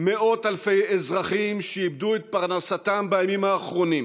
מאות אלפי אזרחים שאיבדו את פרנסתם בימים האחרונים,